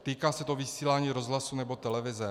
Týká se to vysílání rozhlasu nebo televize.